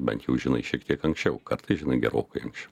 bent jau žinai šiek tiek anksčiau kartais žinai gerokai anksčiau